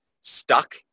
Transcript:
stuck